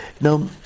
Now